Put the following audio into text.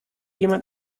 jemand